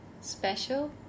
special